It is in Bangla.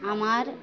আমার